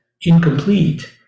incomplete